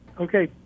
Okay